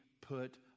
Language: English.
put